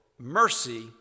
mercy